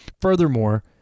Furthermore